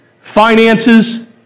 finances